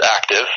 active